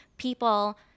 People